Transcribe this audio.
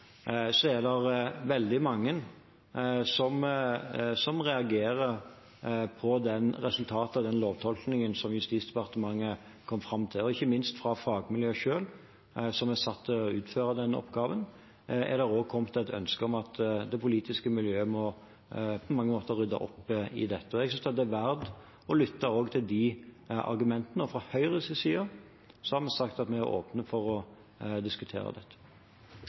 reagerer på resultatet av den lovtolkningen som Justisdepartementet kom fram til. Ikke minst fra fagmiljøet selv, som er satt til å utføre denne oppgaven, er det kommet et ønske om at det politiske miljøet må rydde opp i dette. Jeg synes det er verdt å lytte til også de argumentene. Og vi har fra Høyres side sagt at vi er åpne for å diskutere dette.